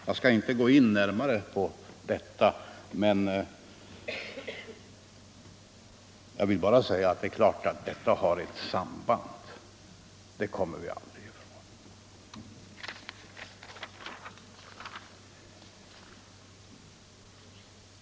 Jag skall inte gå in närmare på detta men jag vill bara säga att det är klart att detta har ett samband. Det kommer vi aldrig ifrån.